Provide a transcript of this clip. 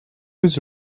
his